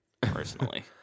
personally